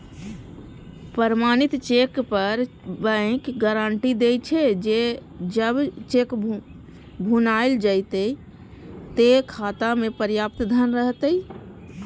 प्रमाणित चेक पर bank guarantee दै छे, जे जब चेक भुनाएल जेतै, ते खाता मे पर्याप्त धन रहतै